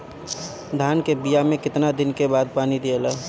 धान के बिया मे कितना दिन के बाद पानी दियाला?